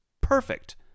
perfect